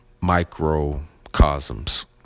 microcosms